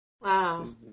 Wow